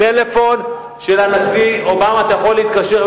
טלפון של הנשיא אובמה, אתה יכול להתקשר,